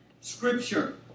Scripture